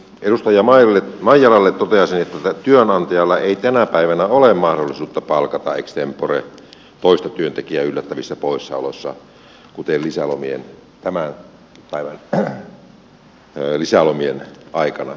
edustaja maijalalle toteaisin että työnantajalla ei tänä päivänä ole mahdollisuutta palkata ex tempore toista työntekijää yllättävissä poissaoloissa kuten tämän päivän lisälomien aikana